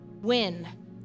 Win